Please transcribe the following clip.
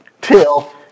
till